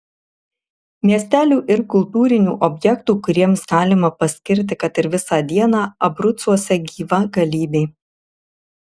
miestelių ir kultūrinių objektų kuriems galima paskirti kad ir visą dieną abrucuose gyva galybė